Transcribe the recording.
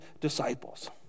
disciples